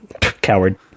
Coward